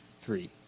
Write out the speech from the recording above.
three